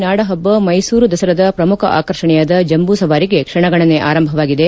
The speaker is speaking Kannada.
ನಾಡಹಬ್ಬ ಮೈಸೂರು ದಸರಾದ ಪ್ರಮುಖ ಆಕರ್ಷಣೆಯಾದ ಜಂಬೂ ಸವಾರಿಗೆ ಕ್ಷಣಗಣನೆ ಆರಂಭವಾಗಿದೆ